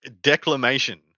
declamation